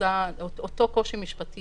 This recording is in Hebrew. אותו קושי משפטי